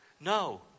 No